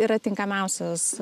yra tinkamiausias